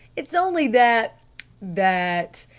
it's only that that.